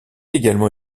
également